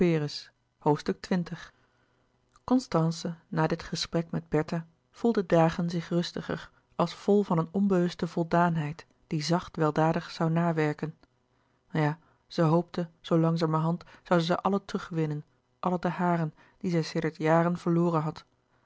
na dit gesprek met bertha voelde dagen zich rustiger als vol van een onbewuste voldaanheid die zacht weldadig zoû nawerken ja zij hoopte zoo langzamerhand zoû zij ze allen terugwinnen alle de haren die zij sedert jaren verloren had